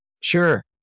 Sure